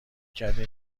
کردی